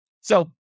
So-